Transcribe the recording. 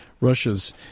Russia's